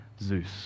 Zeus